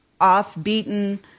off-beaten